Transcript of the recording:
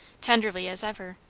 tenderly as ever,